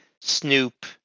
Snoop